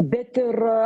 bet ir